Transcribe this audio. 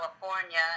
California